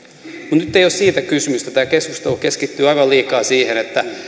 ei ole siitä kysymys tämä keskustelu keskittyy aivan liikaa siihen